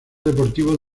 deportivo